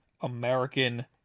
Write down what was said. American